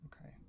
Okay